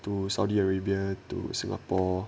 to Saudi Arabia to singapore